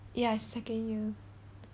ya it's second year